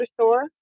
store